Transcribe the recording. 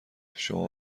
شما